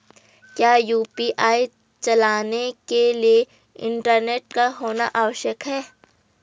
क्या यु.पी.आई चलाने के लिए इंटरनेट का होना आवश्यक है?